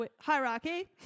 Hierarchy